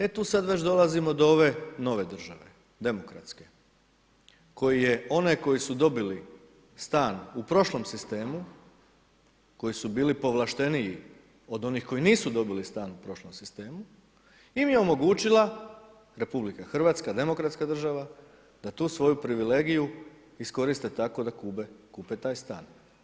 E tu sad već dolazimo do ove nove države, demokratske, koji je one koji su dobili stan u prošlom sistemu, koji su bili povlašteniji od onih koji nisu dobili stan u prošlom sistemu im je omogućila RH demokratska država da tu svoju privilegiju iskoriste tako da kupe taj stan.